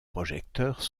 projecteurs